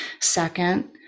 Second